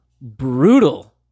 brutal